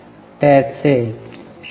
त्याचे 0